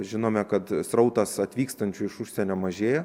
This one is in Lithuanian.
žinome kad srautas atvykstančių iš užsienio mažėja